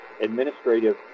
administrative